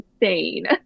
insane